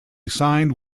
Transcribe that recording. signed